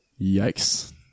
Yikes